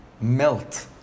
melt